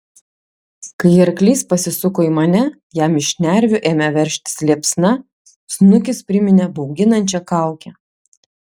kai arklys pasisuko į mane jam iš šnervių ėmė veržtis liepsna snukis priminė bauginančią kaukę